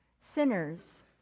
Sinners